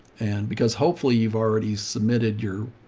and because hopefully you've already submitted your,